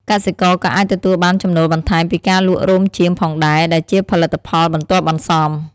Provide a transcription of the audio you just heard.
កសិករក៏អាចទទួលបានចំណូលបន្ថែមពីការលក់រោមចៀមផងដែរ ដែលជាផលិតផលបន្ទាប់បន្សំ។